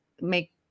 make